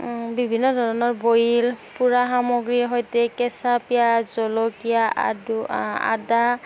বিভিন্ন ধৰণৰ বইল পোৰা সামগ্ৰীৰ সৈতে কেঁচা পিঁয়াজ জলকীয়া আদু আদা